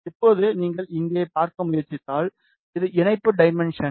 இப்போது நீங்கள் இங்கே பார்க்க முயற்சித்தால் இது இணைப்பு டைமென்ஷன்